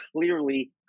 clearly